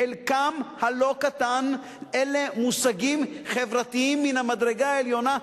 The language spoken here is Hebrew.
חלקם הלא-קטן הם מושגים חברתיים מן המדרגה העליונה,